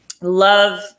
love